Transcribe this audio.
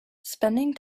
spending